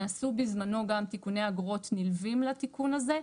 נעשו בזמנו גם תיקוני אגרות נלווים לתיקון הזה.